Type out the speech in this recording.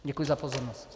Děkuji za pozornost.